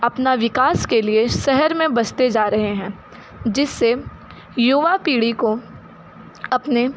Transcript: अपना विकास के लिए शहर में बसते जा रहे हैं जिससे युवा पीढ़ी को अपने